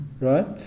right